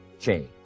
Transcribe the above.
change